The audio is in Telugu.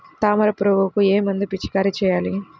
తామర పురుగుకు ఏ మందు పిచికారీ చేయాలి?